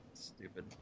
Stupid